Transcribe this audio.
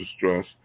distress